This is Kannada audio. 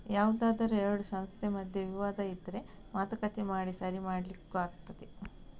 ಯಾವ್ದಾದ್ರೂ ಎರಡು ಸಂಸ್ಥೆ ಮಧ್ಯೆ ವಿವಾದ ಇದ್ರೆ ಮಾತುಕತೆ ಮಾಡಿ ಸರಿ ಮಾಡ್ಲಿಕ್ಕೂ ಆಗ್ತದೆ